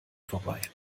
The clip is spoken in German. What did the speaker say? vorbei